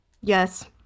Yes